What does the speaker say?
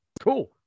Cool